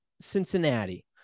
cincinnati